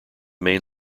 main